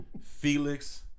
Felix